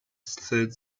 third